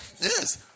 Yes